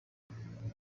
monica